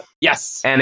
Yes